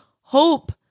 hope